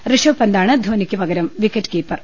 ഋഷഭ് പന്താണ് ധോണിക്ക് പകരം വിക്കറ്റ് കീപ്പർ